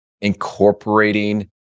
incorporating